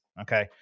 okay